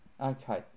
okay